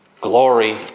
glory